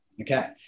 Okay